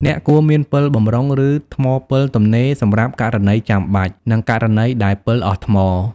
អ្នកគួរមានពិលបម្រុង ឬថ្មពិលទំនេរសម្រាប់ករណីចាំបាច់ និងករណីដែលពិលអស់ថ្ម។